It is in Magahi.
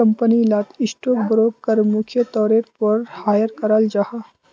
कंपनी लात स्टॉक ब्रोकर मुख्य तौरेर पोर हायर कराल जाहा